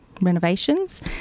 renovations